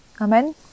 Amen